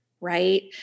right